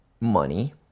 money